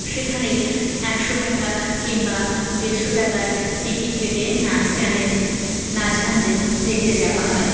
সেখানে একশো টাকা কিংবা দেড়শো টাকার টিকিট কেটে নাচ গানের নাচ গান দেখতে যাওয়া হয়